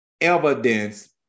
evidence